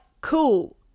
cool